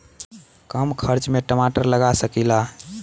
कम खर्च में टमाटर लगा सकीला?